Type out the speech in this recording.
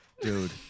Dude